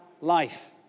life